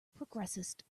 progressist